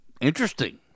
Interesting